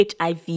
HIV